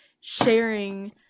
sharing